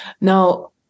Now